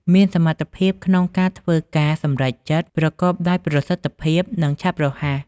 មានសមត្ថភាពក្នុងការធ្វើការសម្រេចចិត្តប្រកបដោយប្រសិទ្ធភាព និងឆាប់រហ័ស។